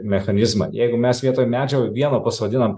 mechanizmą jeigu mes vietoj medžio vieno pasodinam